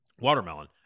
watermelon